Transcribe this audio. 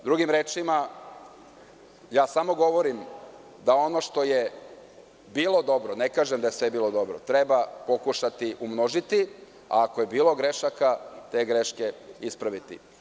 Drugim rečima, samo govorim da ono što je bilo dobro, ne kažem da je sve bilo dobro, treba pokušati umnožiti, ako je bilo grešaka, te greške ispraviti.